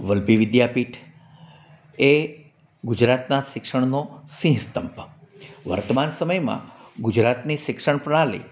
વલભી વિદ્યાપીઠ એ ગુજરાતનાં શિક્ષણનો સિંહસ્તંભ વર્તમાન સમયમાં ગુજરાતની શિક્ષણપ્રણાલી